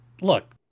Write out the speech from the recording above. Look